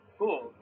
cool